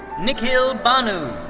nikhil bhanu.